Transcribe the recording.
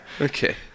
Okay